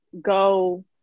Go